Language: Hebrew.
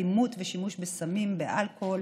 אלימות ושימוש בסמים ובאלכוהול